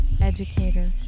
educator